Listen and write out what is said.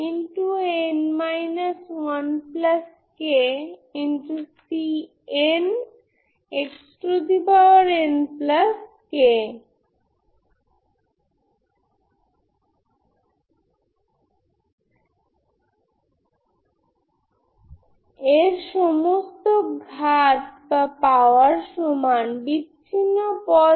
এখন আমাদের দেখতে হবে এই লেমডা নেগেটিভ কি হয় ঠিক আছে সেটা হল 2 20 সুতরাং এই কেস যদি আপনি প্রদত্ত ডিফারেনশিয়াল ইকুয়েশনটি দেখতে পান y 20